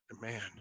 man